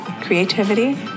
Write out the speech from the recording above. creativity